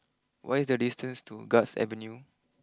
what is the distance to Guards Avenue